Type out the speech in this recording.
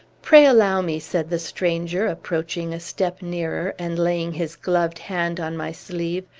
pray allow me, said the stranger, approaching a step nearer, and laying his gloved hand on my sleeve.